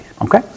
Okay